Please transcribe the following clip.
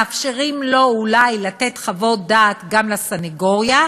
מאפשרים לו אולי לתת חוות דעת גם לסנגוריה,